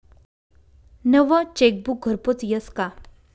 नवं चेकबुक घरपोच यस का?